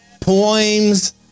poems